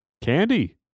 candy